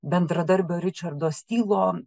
bendradarbio ričardo stilo